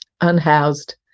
Unhoused